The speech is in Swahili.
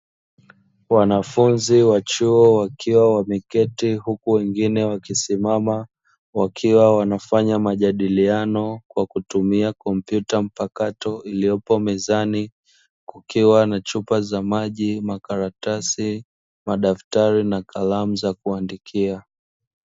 Wanafunzi wa chuo wakiwa wameketi huku wengine wakisimama, wakiwa wanafanya majadiliano kwa kutumia kompyuta mpakato iliyoko mezani kukiwa na chupa za maji, makaratasi na kalamu za kuandikia.